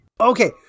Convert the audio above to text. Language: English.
Okay